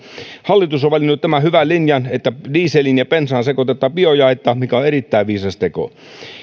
hallitus on valinnut tämän hyvän linjan että dieseliin ja bensaan sekoitetaan biojaetta mikä on erittäin viisas teko